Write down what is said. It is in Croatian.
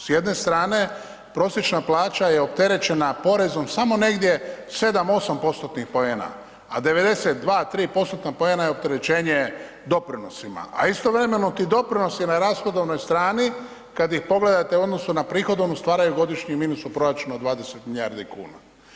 S jedne strane prosječna plaća je opterećena porezom samo negdje 7-8%-tnih poena, a 92, '3%-tna poena je opterećenje doprinosima, a istovremeno ti doprinosi na rashodovnoj strani kad ih pogledate u odnosu na prihodovnu stvaraju godišnji minus u proračunu od 20 milijardi kuna.